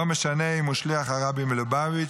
לא משנה אם הוא שליח הרבי מלובביץ'